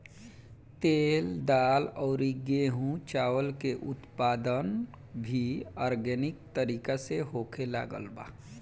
तेल, दाल अउरी गेंहू चावल के उत्पादन भी आर्गेनिक तरीका से होखे लागल बा